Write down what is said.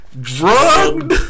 drugged